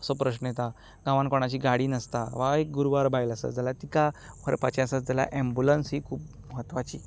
असो प्रस्न येता गांवात कोणाची गाडी नासता वा गुरवार बायल आसा जाल्यार तिका व्हरपाचें आसत जाल्यार एम्ब्यूलंस ही खूब म्हत्वाची